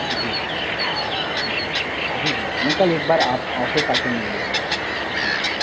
जी ठीक है जी जी मैं कल एक बार ऑफिस आके मिल लेता हूँ जी